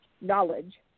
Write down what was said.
knowledge